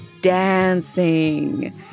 dancing